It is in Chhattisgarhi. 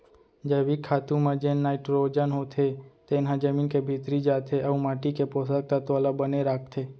जैविक खातू म जेन नाइटरोजन होथे तेन ह जमीन के भीतरी जाथे अउ माटी के पोसक तत्व ल बने राखथे